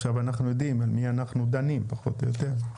עכשיו אנחנו יודעים על מי אנחנו דנים פחות או יותר.